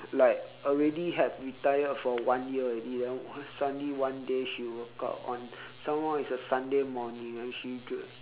like already have retired for one year already then was suddenly one day she woke up on some more it's a sunday morning and she dre~